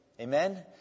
Amen